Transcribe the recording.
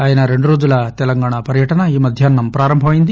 ఆయన రెండు రోజుల తెలంగాణ పర్యటన ఈ మధ్యాహ్నం ప్రారంభమైంది